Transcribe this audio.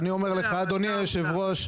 ואני אומר לך אדוני יושב הראש,